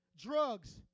Drugs